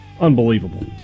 Unbelievable